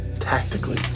Tactically